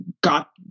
got